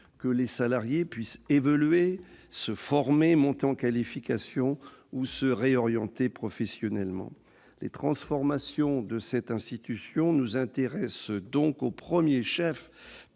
aux salariés d'évoluer, de se former, de monter en qualification ou de se réorienter professionnellement. Les transformations de cette institution nous intéressent donc au premier chef,